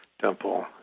Temple